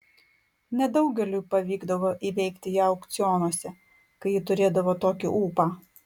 nedaugeliui pavykdavo įveikti ją aukcionuose kai ji turėdavo tokį ūpą